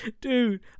dude